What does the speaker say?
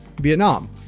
Vietnam